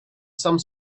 some